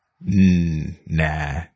Nah